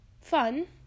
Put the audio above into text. fun